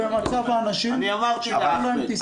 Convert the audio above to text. ומצב האנשים שדחו להם טיסה?